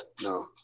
No